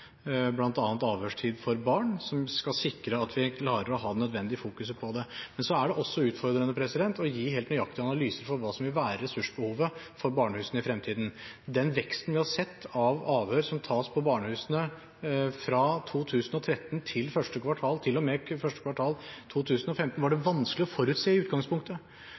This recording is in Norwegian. bl.a. avhørstid for barn, som skal sikre at vi klarer å ha det nødvendige fokuset på det. Men så er det også utfordrende å gi en helt nøyaktig analyse for hva som vil være ressursbehovet for barnehusene i fremtiden. Den veksten vi har sett i antallet avhør som tas på barnehusene – fra 2013 og til og med første kvartal 2015 – var det vanskelig å forutse i utgangspunktet.